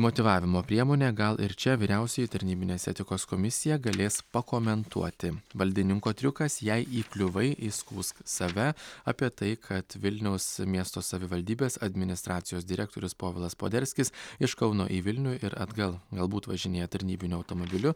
motyvavimo priemonė gal ir čia vyriausioji tarnybinės etikos komisija galės pakomentuoti valdininko triukas jei įkliuvai įskųsk save apie tai kad vilniaus miesto savivaldybės administracijos direktorius povilas poderskis iš kauno į vilnių ir atgal galbūt važinėja tarnybiniu automobiliu